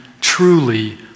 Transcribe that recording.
truly